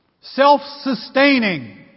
self-sustaining